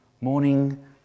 Morning